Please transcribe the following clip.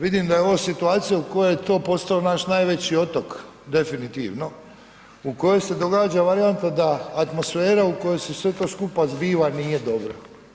Vidim da je ovo situacija u kojoj je to postao naš najveći otok, definitivno, u kojoj se događa varijanta da atmosfera u kojoj se sve to skupa biva nije dobra.